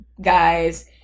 guys